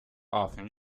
often